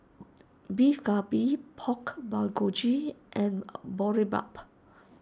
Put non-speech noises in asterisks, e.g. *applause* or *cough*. Beef Galbi Pork Bulgogi and *hesitation* Boribap